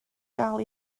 gael